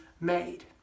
made